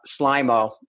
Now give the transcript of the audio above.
Slimo